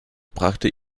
brachte